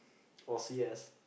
or C_S